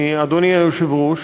אדוני היושב-ראש,